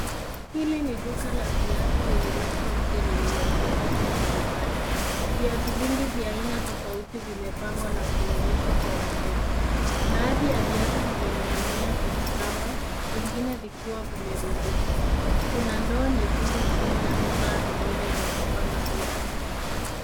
Hili ni duka la viatu lililoko nje lililojengwa kwa turubai. Viatu vingi vya aina tofauti vimepangwa na kuonyeshwa kwa wateja. Baadhi ya viatu vimening'inia kwenye kamba, vingine vikiwa vimerundikwa. Kuna ndoo nyekundu chini na vifaa vingine vya kupanga viatu.